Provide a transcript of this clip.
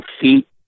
feet